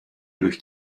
durch